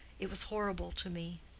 it was horrible to me.